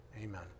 Amen